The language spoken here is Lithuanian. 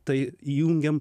tai jungiam